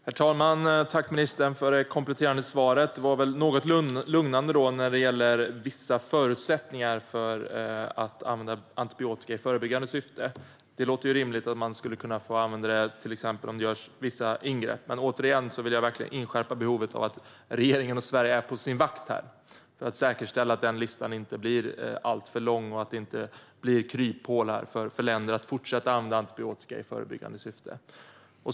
Herr talman! Tack, ministern, för det kompletterande svaret! Det var väl något lugnande när det gäller detta med vissa förutsättningar för att använda antibiotika i förebyggande syfte. Det låter rimligt att man skulle kunna få använda det till exempel om vissa ingrepp görs, men återigen vill jag verkligen inskärpa behovet av att regeringen och Sverige är på sin vakt för att säkerställa att listan inte blir alltför lång och att det inte uppstår kryphål för länder att fortsätta använda antibiotika i förebyggande syfte.